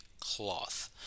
cloth